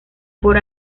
por